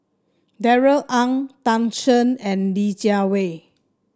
Darrell Ang Tan Shen and Li Jiawei